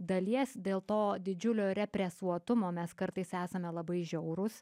dalies dėl to didžiulio represuotumo mes kartais esam labai žiaurūs